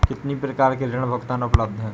कितनी प्रकार के ऋण भुगतान उपलब्ध हैं?